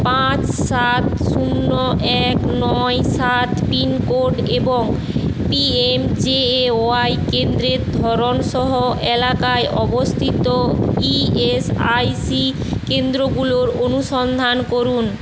পাঁচ সাত শূন্য এক নয় সাত পিনকোড এবং পিএমজেএওয়াই কেন্দ্রের ধরণ সহ এলাকায় অবস্থিত ইএসআইসি কেন্দ্রগুলোর অনুসন্ধান করুন